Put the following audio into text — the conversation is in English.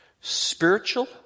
Spiritual